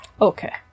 Okay